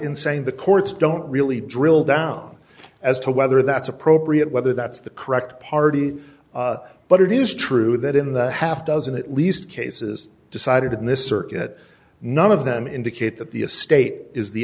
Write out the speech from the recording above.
saying the courts don't really drill down as to whether that's appropriate whether that's the correct party but it is true that in the half dozen at least cases decided in this circuit none of them indicate that the a state is the